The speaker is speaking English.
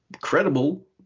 credible